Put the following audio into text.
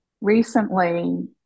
recently